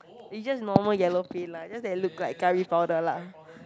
it's just normal yellow paint lah just that it look like curry powder lah